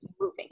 moving